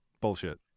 Bullshit